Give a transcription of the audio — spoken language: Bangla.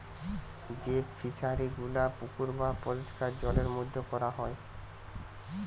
যেই ফিশারি গুলা পুকুর বা পরিষ্কার জলের মধ্যে কোরা হয়